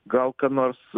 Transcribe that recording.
gal ką nors